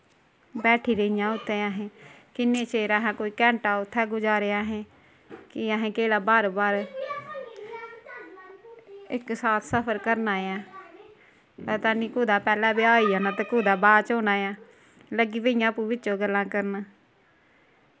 बैठी गेइयां उत्थै असें किन्ने चिर असैं कोई घैंटा उत्थै गुजारेआ असें कि असैं केह्ड़ा बार बार इक साथ सफर करना ऐ पता निं कोह्दा पैह्लै ब्याह् आई जाना ते कोह्दा बाच होना ऐ लग्गी पेइयां आप्पू बिच्चो गल्लां करन